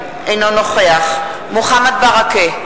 אינו נוכח מוחמד ברכה,